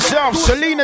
Selena